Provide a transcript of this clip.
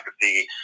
see